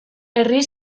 herri